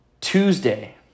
Tuesday